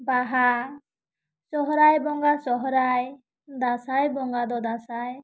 ᱵᱟᱦᱟ ᱥᱚᱨᱦᱟᱭ ᱵᱚᱸᱜᱟ ᱥᱚᱨᱦᱟᱭ ᱫᱟᱥᱟᱸᱭ ᱵᱚᱸᱜᱟ ᱫᱚ ᱫᱟᱥᱟᱸᱭ